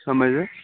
سمجھ گئے